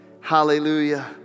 Hallelujah